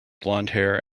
blondhair